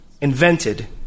invented